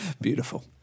Beautiful